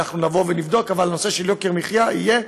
אבל הנושא של יוקר מחיה יהיה,